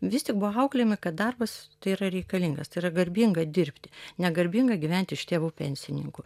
vis tik buvo auklėjami kad darbas tai yra reikalingas tai yra garbinga dirbti negarbinga gyvent iš tėvų pensininkų